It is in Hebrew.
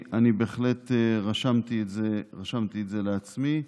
בהחלט רשמתי את זה לעצמי,